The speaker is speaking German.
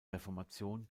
reformation